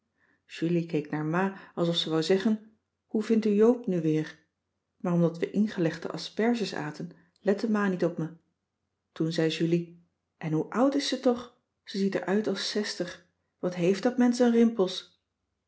keek naar ma als of ze wou zeggen hoe vindt u joop nu weer maar omdat we ingelegde asperges aten lette ma niet op me toen zei julie en hoe oud is ze toch ze ziet er uit als zestig wat heeft dat mensch een rimpels